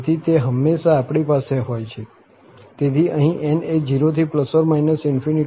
તેથી તે હંમેશા આપણી પાસે હોય છે તેથી અહીં n એ 0 થી ±∞